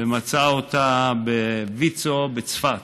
ומצאה אתה בוויצ"ו בצפת.